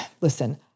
listen